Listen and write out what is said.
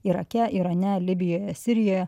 irake irane libijoje sirijoje